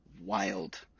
wild